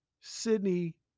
Sydney